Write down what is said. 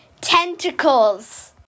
Tentacles